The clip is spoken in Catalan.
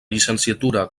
llicenciatura